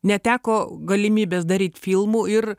neteko galimybės daryt filmų ir